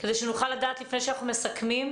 כדי שנוכל לדעת לפני שאנחנו מסכמים.